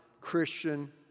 Christian